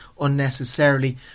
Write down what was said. unnecessarily